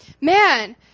man